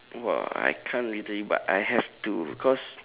oh !wow! I can't literally but I have to cause